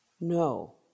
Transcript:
No